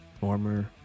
former